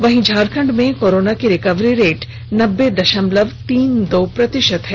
वहीं झारखंड में कोरोना की रिकवरी रेट नब्बे दशमलव तीन दो प्रतिशत है